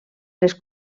les